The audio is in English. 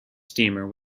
steamer